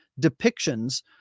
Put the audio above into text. depictions